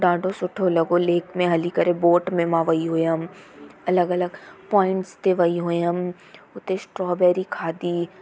ॾाढो सुठो लॻो लेक में हली करे बोट में मां वई हुअमि अलॻि अलॻि पॉइंटस ते वई हुयमि हुते स्ट्रॉबैरी खादी